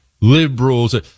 liberals